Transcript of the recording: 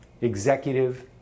executive